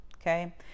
okay